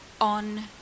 on